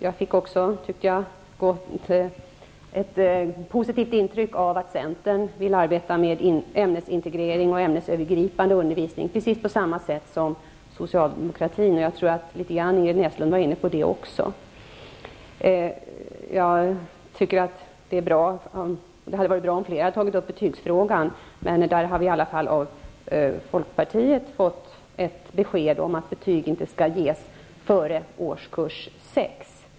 Jag fick intrycket att centern, vilket är positivt, vill arbeta med ämnesintegrering och ämnesövergripande undervisning på samma sätt som socialdemokraterna. Ingrid Näslund tyckte jag var inne på det också. Det hade varit bra om fler hade tagit upp betygsfrågan, men där har vi i alla fall från folkpartiet fått ett besked om att man tycker att betyg inte skall ges före årskurs sex.